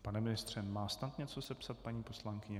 Pane ministře, má snad něco sepsat paní poslankyně?